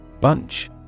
Bunch